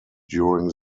during